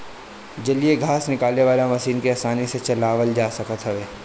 जलीय घास निकाले वाला मशीन के आसानी से चलावल जा सकत हवे